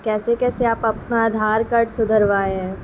کیسے کیسے آپ اپنا آدھار کارڈ سدھروائے ہیں